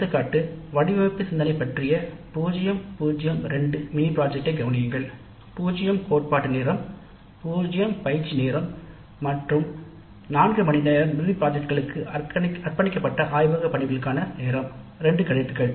எடுத்துக்காட்டு 0 0 2 வடிவமைப்பு சிந்தனை பற்றிய மினி திட்ட படிப்புஐக் கவனியுங்கள் 0 கோட்பாடு நேரம் 0 பயிற்சிகள்நேரம் மற்றும் 4 மணிநேரம் மினி திட்டத்திற்கு அர்ப்பணிக்கப்பட்ட ஆய்வக பணிகளுக்கான நேரம் இரண்டு கிரெடிட்கள்